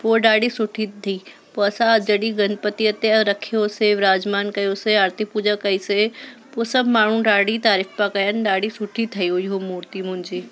पोइ ॾाढी सुठी थी पोइ असां जॾहिं गनपतिअ ते रखियोसीं विराजमान कयोसीं आरती पूजा कईसीं पोइ सभु माण्हू ॾाढी तारीफ़ पया कनि ॾाढी सुठी ठही हुई उहो मूर्ति मुंहिंजी